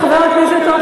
לא הוסיפו לה דונם אחד.